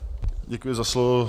Děkuji za slovo.